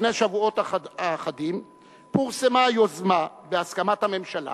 לפני שבועות אחדים פורסמה יוזמה בהסכמת הממשלה